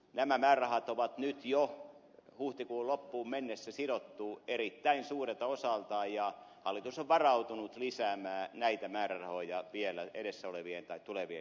nämä määrärahat ovat nyt jo huhtikuun loppuun mennessä sidottu erittäin suurelta osalta ja hallitus on varautunut lisäämään näitä määrärahoja vielä edessä olevien tai tulevien lisäbudjettien kautta